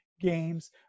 games